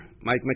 Mike